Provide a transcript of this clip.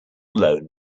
loan